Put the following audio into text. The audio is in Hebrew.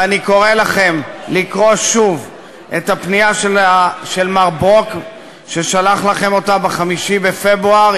ואני קורא לכם לקרוא שוב את הפנייה ששלח לכם אלמר ברוק ב-5 בפברואר.